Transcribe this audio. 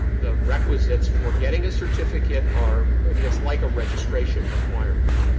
the requisites for getting a certificate are i mean, it's like a registration requirement.